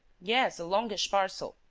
yes, a longish parcel.